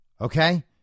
okay